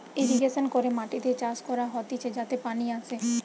irrigation করে মাটিতে চাষ করা হতিছে যাতে পানি আসে